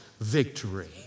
Victory